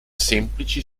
semplici